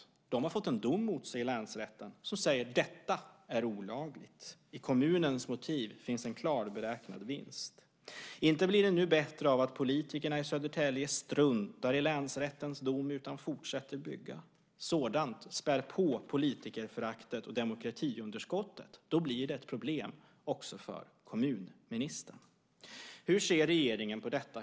Kommunen har fått en dom mot sig i länsrätten som säger att detta är olagligt. I kommunens motiv finns en klar beräknad vinst. Inte blir det bättre av att politikerna i Södertälje struntar i länsrättens dom utan fortsätter att bygga. Sådant spär på politikerföraktet och demokratiunderskottet. Då blir det ett problem också för kommunministern. Hur ser regeringen på detta?